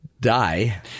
die